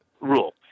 rule